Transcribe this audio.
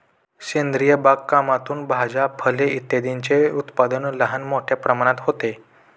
सेंद्रिय बागकामातून भाज्या, फळे इत्यादींचे उत्पादन लहान मोठ्या प्रमाणात होते